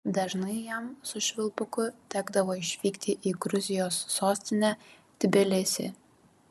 dažnai jam su švilpuku tekdavo išvykti į gruzijos sostinę tbilisį